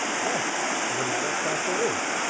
yes. as a matter of fact there is.